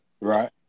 right